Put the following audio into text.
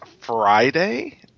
Friday